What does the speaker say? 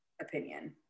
opinion